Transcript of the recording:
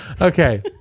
Okay